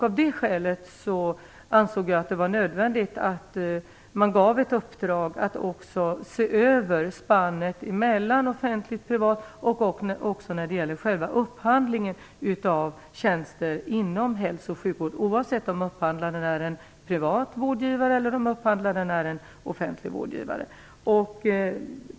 Av det skälet ansåg jag att det var nödvändigt att det också gavs ett uppdrag att se över spannet mellan offentligt-privat och även själva upphandlingen av tjänster inom hälso och sjukvård, oavsett om upphandlaren är en privat eller en offentlig vårdgivare.